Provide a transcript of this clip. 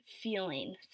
feeling